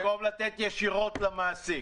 במקום לתת ישירות למעסיק.